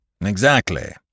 Exactly